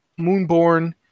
Moonborn